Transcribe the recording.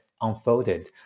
unfolded